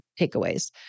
takeaways